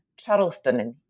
charlestonin